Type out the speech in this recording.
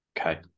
Okay